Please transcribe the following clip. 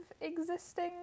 existing